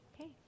Okay